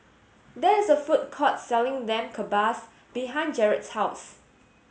there is a food court selling Lamb Kebabs behind Jarrett's house